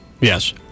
Yes